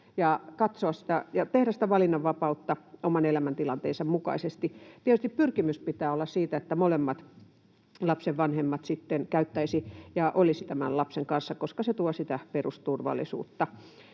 sitä valinnanvapautta oman elämäntilanteensa mukaisesti. Tietysti pyrkimyksen pitää olla se, että molemmat lapsen vanhemmat sitten käyttäisivät ja olisivat lapsen kanssa, koska se tuo sitä perusturvallisuutta.